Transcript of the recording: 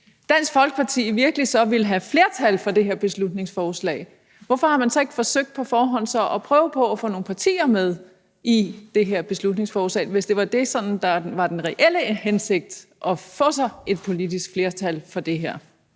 Dansk Folkeparti virkelig så vil have flertal for det her beslutningsforslag, hvorfor har man så ikke forsøgt på forhånd at få nogle partier med på det her beslutningsforslag, hvis det var det, der sådan var den reelle hensigt, altså at få et politisk flertal for det her